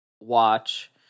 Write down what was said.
watch